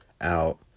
out